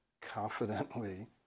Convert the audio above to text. confidently